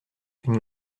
une